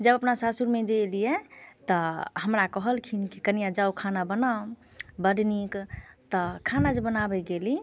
जब अपना सासुरमे गेलियै तऽ हमरा कहलखिन कि कनियाँ जाउ खाना बनाउ बड्ड नीक तऽ खाना जे बनाबे गेली